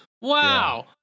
Wow